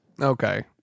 Okay